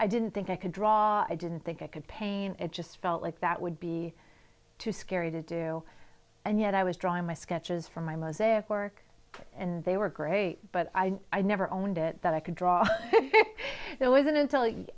i didn't think i could draw i didn't think i could paint it just felt like that would be too scary to do and yet i was drawing my sketches for my mosaic work and they were great but i never owned it that i could draw there wasn't until